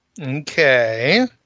Okay